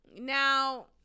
Now